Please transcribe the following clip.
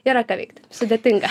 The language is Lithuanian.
yra ką veikti sudėtinga